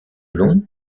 long